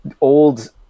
old